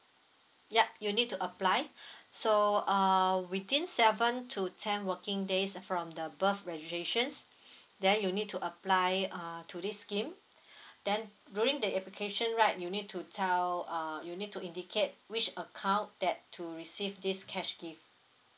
yup you need to apply so uh within seven to ten working days from the birth registration there you need to apply err to this scheme then during the application right you need to tell err you need to indicate which account that to receive this cash gift